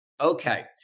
Okay